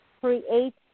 create